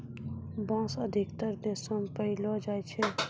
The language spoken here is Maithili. बांस अधिकतर देशो म पयलो जाय छै